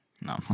no